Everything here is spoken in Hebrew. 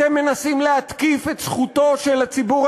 אתם מנסים להתקיף את זכותו של הציבור